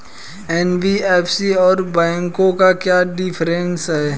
NBFC और बैंकों में क्या डिफरेंस है?